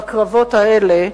בקרבות האלה,